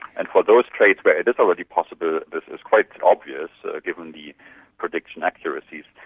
and for those traits where it is already possible this is quite obvious, ah given the prediction accuracies.